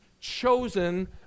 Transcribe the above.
chosen